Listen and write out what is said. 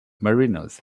mariners